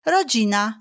Rodzina